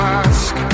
ask